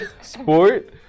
sport